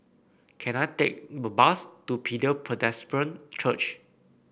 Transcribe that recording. can I take a bus to Bethel Presbyterian Church